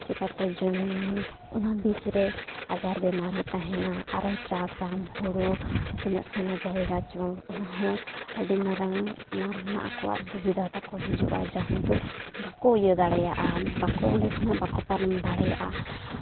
ᱪᱤᱠᱟᱹᱛᱮ ᱡᱚᱢᱼᱧᱩ ᱚᱱᱟ ᱵᱤᱪᱨᱮ ᱟᱡᱟᱨ ᱵᱤᱢᱟᱨ ᱦᱚᱸ ᱛᱟᱦᱮᱱᱟ ᱟᱨᱚ ᱪᱟᱥ ᱟᱢ ᱦᱩᱲᱩ ᱛᱤᱱᱟᱹᱜ ᱥᱮᱬᱟ ᱡᱟᱭᱜᱟ ᱪᱚᱝ ᱚᱱᱟ ᱦᱚᱸ ᱟᱹᱰᱤ ᱢᱟᱨᱟᱝ ᱚᱱᱟᱨᱮᱱᱟᱜ ᱟᱠᱚᱣᱟᱜ ᱫᱩᱵᱤᱫᱷᱟ ᱛᱟᱠᱚ ᱦᱤᱡᱩᱜᱼᱟ ᱡᱟᱦᱟᱸ ᱫᱚ ᱵᱟᱠᱚ ᱤᱭᱟᱹ ᱫᱟᱲᱮᱭᱟᱜᱼᱟ ᱵᱟᱠᱚ ᱚᱸᱰᱮ ᱠᱷᱚᱱᱟᱜ ᱵᱟᱠᱚ ᱯᱟᱨᱚᱢ ᱫᱟᱲᱮᱭᱟᱜᱼᱟ